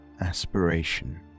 aspiration